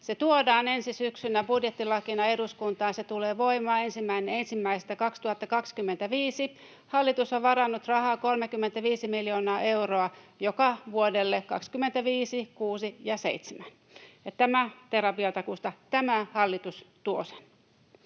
Se tuodaan ensi syksynä budjettilakina eduskuntaan. Se tulee voimaan 1.1.2025. Hallitus on varannut rahaa 35 miljoonaa euroa joka vuodelle 25, 26 ja 27. — Tämä terapiatakuusta.